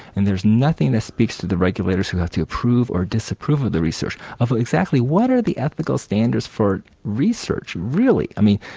and there's nothing that speaks to the regulators who have to approve or disapprove of the research. exactly what are the ethical standards for research really? i mean,